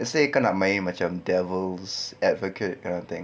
let's say kau nak main macam devil's advocate kind of thing